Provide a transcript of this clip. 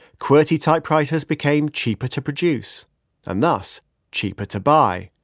qwerty typewriters became cheaper to produce and thus cheaper to buy.